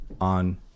on